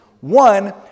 One